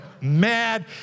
mad